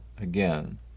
again